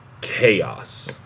chaos